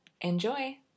enjoy